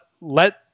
let